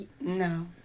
No